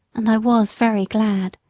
and i was very glad.